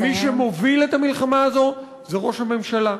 ומי שמוביל את המלחמה הזו זה ראש הממשלה,